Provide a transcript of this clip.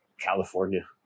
California